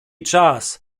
czas